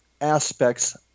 aspects